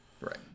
Right